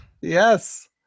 Yes